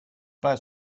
pas